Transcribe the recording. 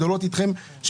אני נגד הטייקונים שירוויחו,